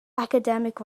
academic